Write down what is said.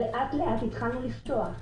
לאט לאט התחלנו לפתוח.